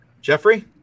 Jeffrey